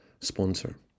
sponsor